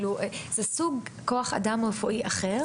זה כוח אדם רפואי אחר.